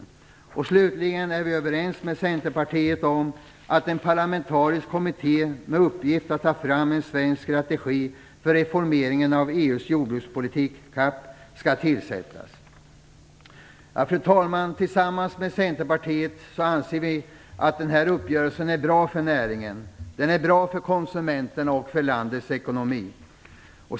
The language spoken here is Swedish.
Slutligen är vi överens med Centerpartiet om att en parlamentarisk kommitté med uppgift att ta fram en svensk strategi för reformering av EU:s jordbrukspolitik, CAP, skall tillsättas. Fru talman! Tillsammans med Centerpartiet anser vi att denna uppgörelse är bra för näringen, konsumenterna och för landets ekonomi.